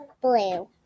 Blue